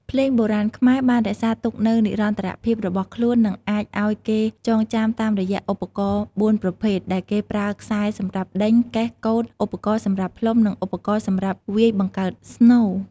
ភ្លេងបុរាណខ្មែរបានរក្សាទុកនៅនិរន្តរភាពរបស់ខ្លូន និងអាចអោយគេចងចាំតាមរយៈឧបករណ៏ ៤ ប្រភេទដែលគេប្រើខ្សែសំរាប់ដេញ កេះ កូត ឧបករណ៏សម្រាប់ផ្លុំ និងឧបករណ៏សម្រាប់វាយបង្កើតស្នូរ។